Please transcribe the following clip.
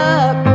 up